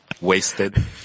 wasted